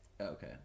Okay